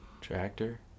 tractor